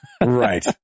Right